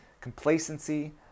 complacency